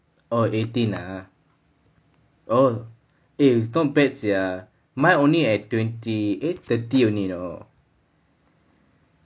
oh eighteen ah oh eh not bad sia mine only at twenty eight thirty only you know